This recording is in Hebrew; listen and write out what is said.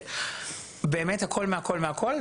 ובאמת, הכל מהכל מהכל.